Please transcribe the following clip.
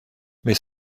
mais